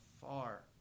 far